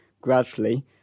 gradually